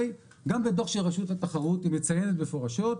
גם בדו"ח של רשות התחרות היא מציינת מפורשות,